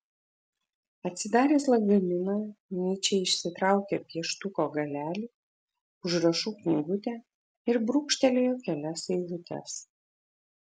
atsidaręs lagaminą nyčė išsitraukė pieštuko galelį užrašų knygutę ir brūkštelėjo kelias eilutes